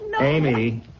Amy